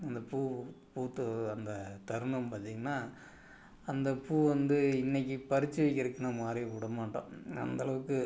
அந்த பூ பூத்த அந்த தருணம் பார்த்தீங்கன்னா அந்த பூ வந்து இன்னைக்கி பறிச்சு வைக்கிறதுக்குனா மாதிரி விடமாட்டோம் அந்தளவுக்கு